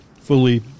fully